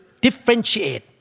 differentiate